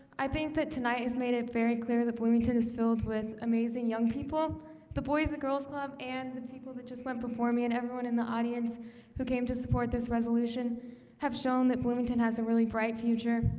i think that tonight has made it very clear that bloomington is filled with amazing young people the boys the girls club and the people that just went performing and everyone in the audience who came to support this resolution have shown that bloomington has a really bright future.